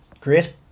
great